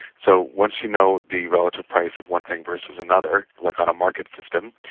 so once you know the relative price of one thing versus another, like on a market system,